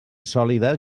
sòlida